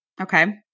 Okay